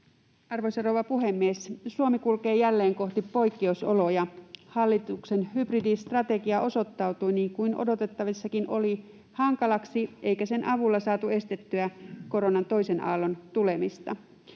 Arvoisa rouva puhemies! Suomi kulkee jälleen kohti poikkeusoloja. Hallituksen hybridistrategia osoittautui, niin kuin odotettavissakin oli, hankalaksi, eikä sen avulla saatu estettyä koronan toisen aallon tulemista.